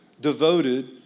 devoted